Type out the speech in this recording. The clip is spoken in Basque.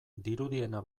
dirudiena